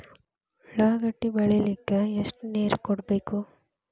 ಉಳ್ಳಾಗಡ್ಡಿ ಬೆಳಿಲಿಕ್ಕೆ ಎಷ್ಟು ನೇರ ಕೊಡಬೇಕು?